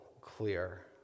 clear